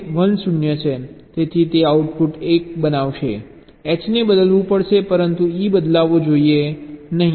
તેથી તે આઉટપુટ 1 બનાવશે H ને બદલવું પડશે પરંતુ E બદલવો જોઈએ નહીં